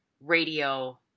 radio